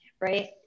right